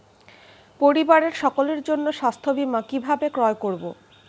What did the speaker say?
পরিবারের সকলের জন্য স্বাস্থ্য বীমা কিভাবে ক্রয় করব?